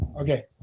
Okay